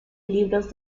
libros